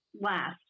last